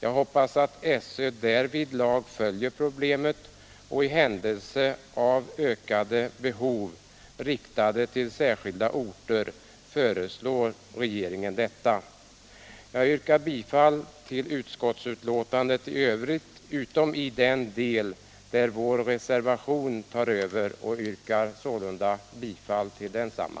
Jag hoppas att SÖ härvidlag följer problemet och i händelse av ökade behov på särskilda orter kräver att regeringen gör ökade insatser. Herr talman! Jag yrkar bifall till utskottets hemställan utom i den del där vår reservation tar över och där jag ju yrkar bifall till densamma.